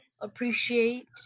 appreciate